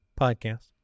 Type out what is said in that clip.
podcast